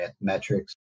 metrics